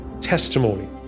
testimony